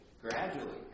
gradually